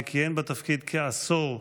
שכיהן בתפקיד כעשור,